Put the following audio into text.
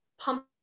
pump